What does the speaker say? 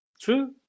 true